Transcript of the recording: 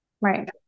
Right